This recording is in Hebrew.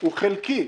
הוא חלקי.